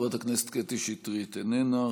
חברת הכנסת קטי שטרית, איננה.